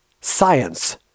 Science